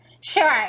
Sure